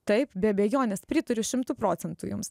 taip be abejonės pritariu šimtu procentų jums